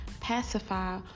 pacify